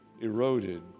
eroded